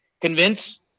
convince